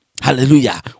Hallelujah